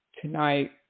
tonight